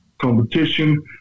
competition